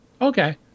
okay